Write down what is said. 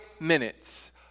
Minutes